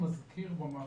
שמזכיר מאוד במאפיינים שלו.